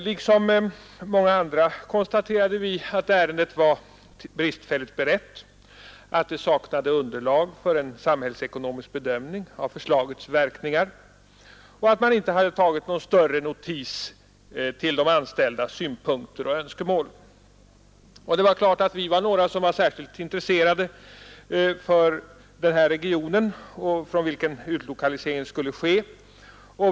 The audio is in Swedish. Liksom många andra konstaterade vi då att ärendet var bristfälligt berett, att det saknades underlag för en samhällsekonomisk bedömning av förslagets verkningar och att man inte hade tagit någon större notis om de anställdas synpunkter och önskemål. Det är klart att vi var några som var särskilt intresserade för den region från vilken utlokalisering skulle ske.